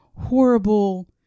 horrible